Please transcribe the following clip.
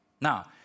Now